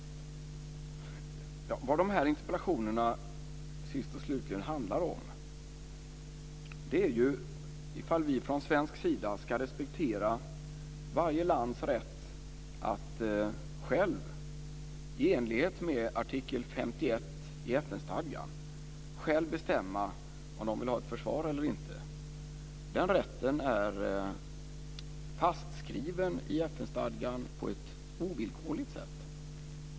Fru talman! Vad de här interpellationerna sist och slutligen handlar om är ifall vi från svensk sida ska respektera varje lands rätt att självt, i enlighet med artikel 51 i FN-stadgan, bestämma om landet vill ha ett försvar eller inte. Den rätten är fastskriven i FN stadgan på ett ovillkorligt sätt.